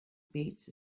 beats